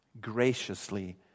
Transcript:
graciously